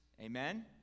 amen